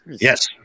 Yes